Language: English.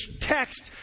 text